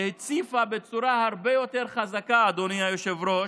שהציפה בצורה הרבה יותר חזקה, אדוני היושב-ראש,